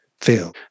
feel